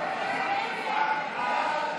סעיף 2,